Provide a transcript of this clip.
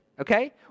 Okay